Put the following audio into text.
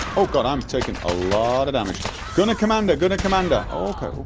oh god i'm taking ah lot of damage gunner commander, gunner commander okay,